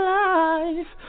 life